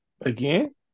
again